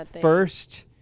first